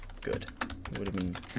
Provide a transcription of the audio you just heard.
Good